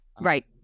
right